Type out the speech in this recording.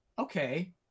Okay